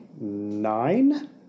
nine